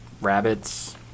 rabbits